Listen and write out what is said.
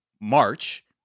March